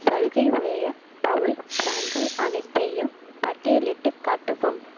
சலுகை உள்ள பவுல் பிராண்ட்கள் அனைத்தையும் பட்டியலிட்டுக் காட்டவும்